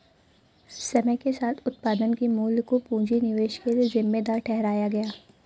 समय के साथ उत्पादन के मूल्य को पूंजी निवेश के लिए जिम्मेदार ठहराया गया